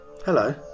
Hello